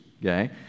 okay